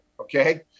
okay